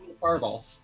Fireball